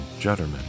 Judderman